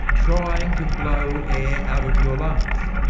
trying to blow air out of your lungs.